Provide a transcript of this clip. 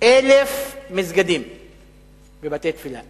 1,000 מסגדים ובתי-תפילה.